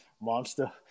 Monster